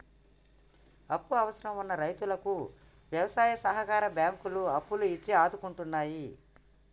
అప్పు అవసరం వున్న రైతుకు వ్యవసాయ సహకార బ్యాంకులు అప్పులు ఇచ్చి ఆదుకుంటున్నాయి